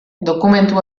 dokumentu